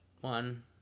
one